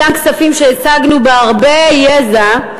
אותם כספים שהשגנו בהרבה יזע,